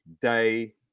day